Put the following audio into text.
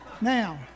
Now